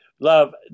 love